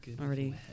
Already